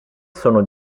sono